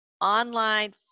online